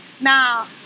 Now